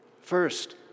First